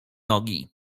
nogi